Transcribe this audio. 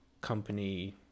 company